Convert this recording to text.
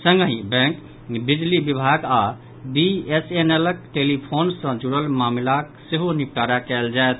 संगहि बैंक बिजली विभाग आओर बी एस एन एल क टेलीफोन सॅ जुड़ल मामिलाक सेहो निपटारा कयल जायत